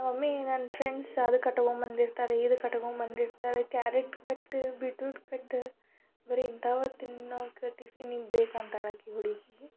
ನನ್ನ ಮಮ್ಮಿ ನನ್ನ ಫ್ರೆಂಡ್ಸ್ ಅದು ಕಟ್ಕೊಂಡ್ಬಂದಿರ್ತಾರೆ ಇದು ಕಟ್ಕೊಂಡ್ಬಂದಿರ್ತಾರೆ ಕ್ಯಾರೆಟ್ ಕಟ್ಟು ಬೀಟ್ರೂಟ್ ಕಟ್ಟು ಬರೀ ಇಂಥವೇ ತಿನ್ನೋಕ್ಕೆ ಟಿಫಿನಿಗೆ ಬೇಕು ಅಂತಾಳೆ ಆಕೆ ಹುಡುಗಿ